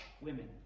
women